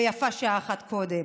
ויפה שעה אחת קודם.